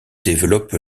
développe